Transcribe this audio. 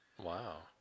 Wow